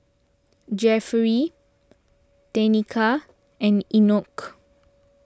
Jeffery Tenika and Enoch